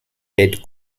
head